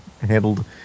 handled